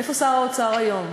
איפה שר האוצר היום?